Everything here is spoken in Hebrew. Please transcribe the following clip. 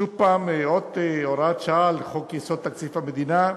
שוב, עוד הוראת שעה לחוק-יסוד: תקציב המדינה,